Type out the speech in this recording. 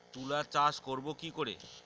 তুলা চাষ করব কি করে?